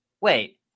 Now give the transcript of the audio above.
wait